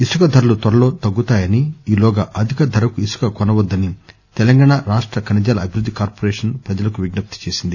ఇసుక ధరలు త్వరలో తగ్గుతాయని ఈలోగా అధిక ధరకు ఇసుక కొనవద్దని తెలంగాణా రాష్ట ఖనిజాల అభివృద్ది కార్పోరేషన్ ప్రజలకు విజ్ఞప్తి చేసింది